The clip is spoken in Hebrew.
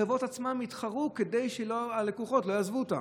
החברות עצמן יתחרו כדי שהלקוחות לא יעזבו אותן.